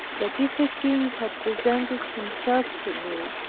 that if a king had presented himself to me,